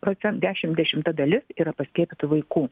procen dešim dešimta dalis yra paskiepytų vaikų